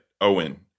Owen